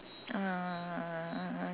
uh